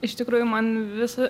iš tikrųjų man vis